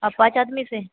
आप पाँच आदमी से हैं